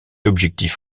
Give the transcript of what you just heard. objectif